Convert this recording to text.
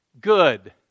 good